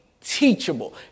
teachable